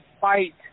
fight